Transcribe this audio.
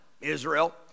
Israel